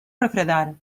refredar